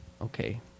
Okay